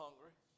Hungry